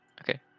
Okay